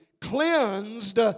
cleansed